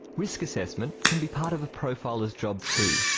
risk assessment can be part of a profiler's job too.